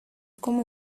como